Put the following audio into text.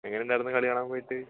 എങ്ങനെ ഉണ്ടായിരുന്നു കളി കാണാൻ പോയിട്ട്